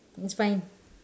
is fine